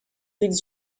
des